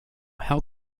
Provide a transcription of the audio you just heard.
how